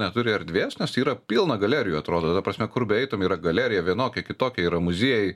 neturi erdvės nes yra pilna galerijų atrodo ta prasme kur beeitum yra galerija vienokia kitokia yra muziejai